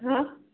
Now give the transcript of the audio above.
ହଁ